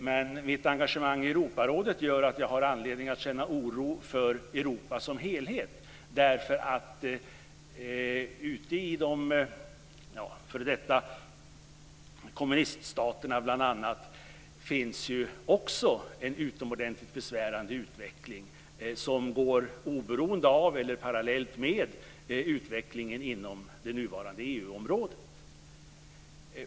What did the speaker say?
Men mitt engagemang i Europarådet gör att jag har anledning att känna oro för Europa som helhet därför att det bl.a. ute i de f.d. kommuniststaterna också finns en utomordentligt besvärande utveckling som går oberoende av eller parallellt med utvecklingen inom det nuvarande EU-området.